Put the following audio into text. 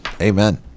Amen